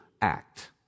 act